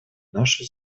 нашу